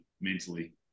mentally